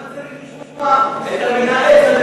למה צריך לשמוע את המנאץ הזה,